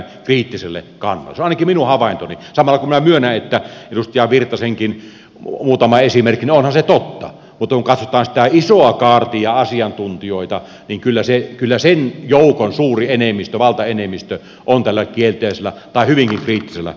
se on ainakin minun havaintoni samalla kun minä myönnän että ovathan edustaja virtasenkin muutama esimerkki totta mutta kun katsotaan sitä isoa kaartia asiantuntijoita niin kyllä sen joukon suuri enemmistö valtaenemmistö on tällä kielteisellä tai hyvinkin kriittisellä kannalla